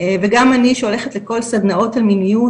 וגם אני שהולכת לכל סדנאות המיניות